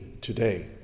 today